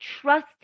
trust